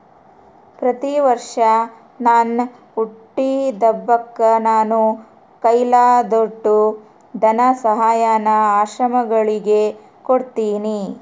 ಪ್ರತಿವರ್ಷ ನನ್ ಹುಟ್ಟಿದಬ್ಬಕ್ಕ ನಾನು ಕೈಲಾದೋಟು ಧನಸಹಾಯಾನ ಆಶ್ರಮಗುಳಿಗೆ ಕೊಡ್ತೀನಿ